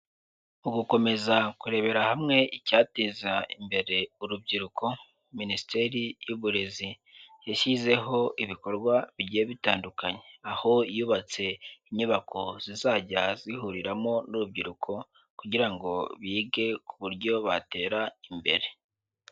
Mu gukomeza kurebera hamwe icyateza imbere urubyiruko, Minisiteri y'Uburezi yashyizeho ibikorwa bigiye bitandukanye, aho yubatse inyubako zizajya zihuriramo n'urubyiruko kugira ngo bige ku buryo batera imbere.